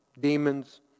Demons